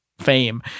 fame